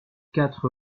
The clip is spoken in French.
quatre